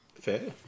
Fair